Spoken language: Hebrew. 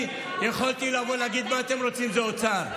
יכולתי לבוא ולהגיד: מה אתם רוצים, זה האוצר.